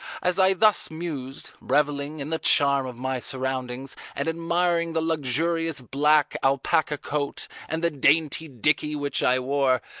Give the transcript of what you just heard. as i thus mused, revelling in the charm of my surroundings and admiring the luxurious black alpaca coat and the dainty dickie which i wore,